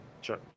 Sure